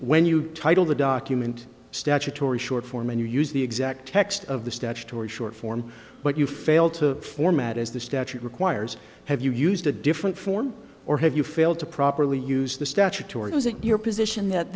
when you title the document statutory short form and you use the exact text of the statutory short form but you fail to format as the statute requires have you used a different form or have you failed to properly use the statutory was it your position that